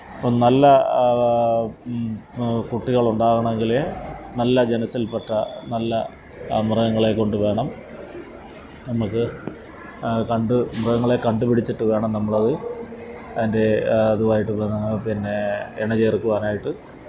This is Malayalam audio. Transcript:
അപ്പം നല്ല കുട്ടികളുണ്ടാവണമെങ്കിൽ നല്ല ജനസ്സില്പ്പെട്ട നല്ല മൃഗങ്ങളെക്കൊണ്ടുവേണം നമ്മൾക്ക് കണ്ട് മൃഗങ്ങളെ കണ്ടുപിടിച്ചിട്ട് വേണം നമ്മളത് അതിന്റെ അതുമായിട്ട് വന്ന് പിന്നെ ഇണ ചേര്ക്കുവാനായിട്ട്